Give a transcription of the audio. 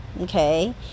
Okay